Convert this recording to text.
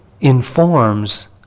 informs